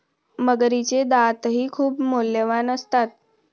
मगरीचे दातही खूप मौल्यवान असतात